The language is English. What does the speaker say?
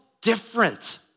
different